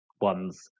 ones